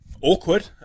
Awkward